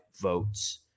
votes